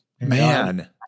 Man